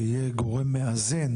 שיהיה גורם מאזן